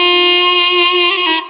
a